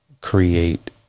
create